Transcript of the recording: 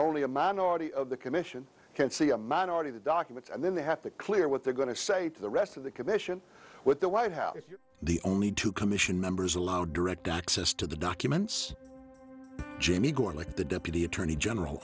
only a minority of the commission can see a minority the documents and then they have to clear what they're going to say to the rest of the commission with the white house the only two commission members allowed direct access to the documents jamie gorelick the deputy attorney general